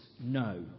no